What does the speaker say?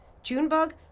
Junebug